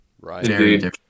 Right